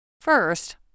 First